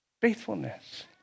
faithfulness